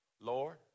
Lord